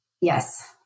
yes